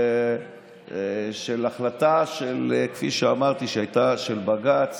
של החלטה, כפי שאמרתי, שהייתה של בג"ץ